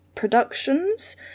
Productions